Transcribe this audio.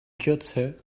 kürze